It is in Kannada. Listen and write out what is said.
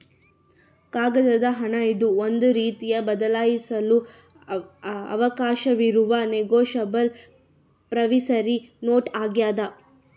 ಕಾಗದದ ಹಣ ಇದು ಒಂದು ರೀತಿಯ ಬದಲಾಯಿಸಲು ಅವಕಾಶವಿರುವ ನೆಗೋಶಬಲ್ ಪ್ರಾಮಿಸರಿ ನೋಟ್ ಆಗ್ಯಾದ